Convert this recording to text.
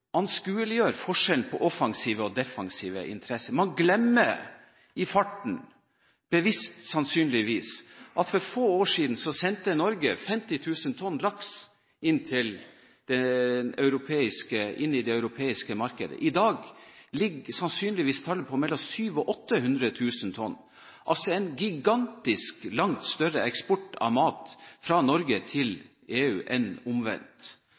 man anskueliggjør forskjellen på offensive og defensive interesser. Man glemmer i farten, bevisst sannsynligvis, at for få år siden sendte Norge 50 000 tonn laks inn i det europeiske markedet. I dag ligger sannsynligvis tallet på mellom 700 000 og 800 000 tonn – altså en gigantisk langt større eksport av mat fra Norge til EU enn